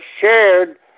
shared